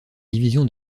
division